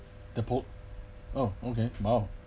the boat oh okay !wow!